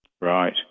Right